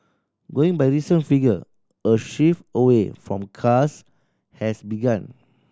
going by recent figure a shift away from cars has begun